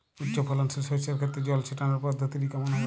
উচ্চফলনশীল শস্যের ক্ষেত্রে জল ছেটানোর পদ্ধতিটি কমন হবে?